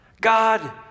God